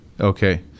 Okay